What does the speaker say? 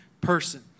person